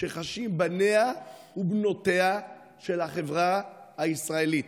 שחשים בניה ובנותיה של החברה הישראלית.